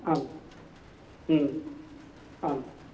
आं हु आम्